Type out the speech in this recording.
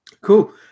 Cool